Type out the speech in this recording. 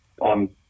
on